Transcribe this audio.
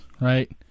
right